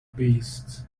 beasts